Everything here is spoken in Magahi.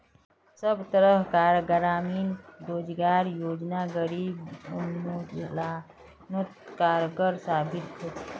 सब तरह कार ग्रामीण रोजगार योजना गरीबी उन्मुलानोत कारगर साबित होछे